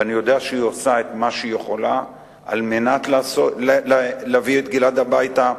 ואני יודע שהיא עושה את מה שהיא יכולה כדי להביא את גלעד הביתה,